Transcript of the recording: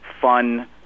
fun